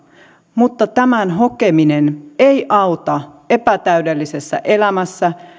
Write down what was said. mutta tämän hokeminen ei auta epätäydellisessä elämässä